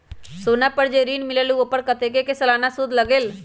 सोना पर जे ऋन मिलेलु ओपर कतेक के सालाना सुद लगेल?